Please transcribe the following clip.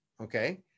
Okay